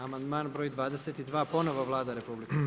Amandman br. 22. ponovno Vlada RH.